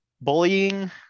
bullying